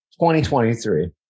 2023